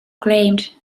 claimed